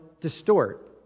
Distort